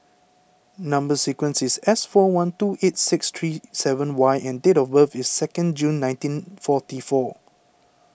Number Sequence is S four one two eight six three seven Y and date of birth is second June nineteen forty four